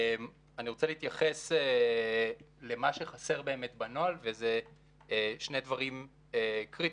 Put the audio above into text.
אני רוצה להתייחס למה שחסר בנוהל וזה שני דברים קריטיים.